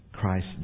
Christ